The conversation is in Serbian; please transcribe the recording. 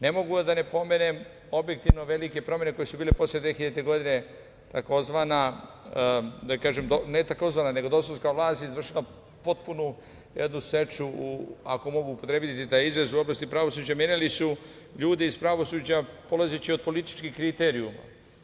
Ne mogu, a da ne pomenem objektivno velike promene koje su bile posle 2000. godine, dosovska vlast izvršila je potpunu jednu seču, ako mogu upotrebiti taj izraz, u oblasti pravosuđa, menjali su ljude iz pravosuđa polazeći od političkih kriterijuma.